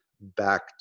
back